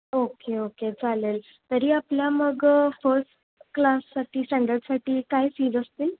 okay okay चालेल तरी आपल्या मग फर्स्ट क्लाससाठी स्टँडर्डसाठी काय फीज असतील